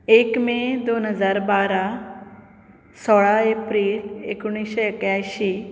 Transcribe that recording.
एक मे दोन हजार बारा सोळा एप्रील एकुणशे एक्यांयशी